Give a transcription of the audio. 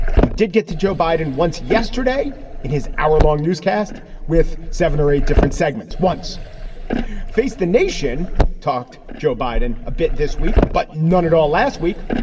he did get to joe biden once yesterday in his hourlong newscast with seven or eight different segments. once face the nation talked joe biden a bit this week, but none at all. last week,